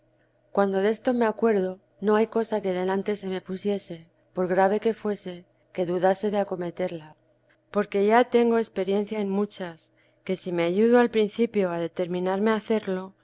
cuando desto me acuerdo no hay cosa que delante se me pusiese por grave que fuese que dudase de acometerla porque ya tengo experiencia en muchas que si me ayudo al principio a determinarme a hacerlo